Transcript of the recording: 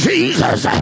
Jesus